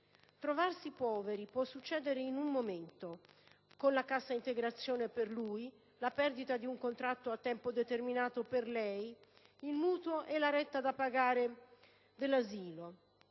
Trovarsi poveri può succedere in un momento: con la cassa integrazione per lui, la perdita di un contratto a tempo determinato per lei, il mutuo e la retta dell'asilo